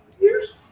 years